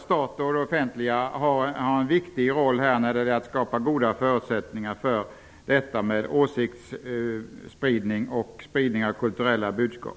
Staten och det offentliga i övrigt har en viktig roll när det gäller att skapa goda förutsättningar för åsiktsspridning och spridning av kulturella budskap.